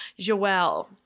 Joelle